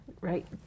Right